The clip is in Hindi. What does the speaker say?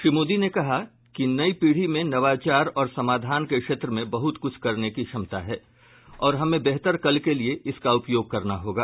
श्री मोदी ने कहा कि नई पीढ़ी में नवाचार और समाधान के क्षेत्र में बहुत कुछ करने की क्षमता है और हमें बेहतर कल के लिए इसका उपयोग करना होगा